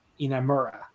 Inamura